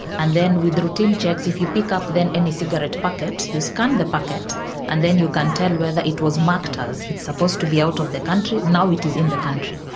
and then with routine checks, if you pick up then any cigarette packet, you scan the packet and then you can tell whether it was marked ah as it's supposed to be out of the country, now it is in the country.